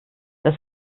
das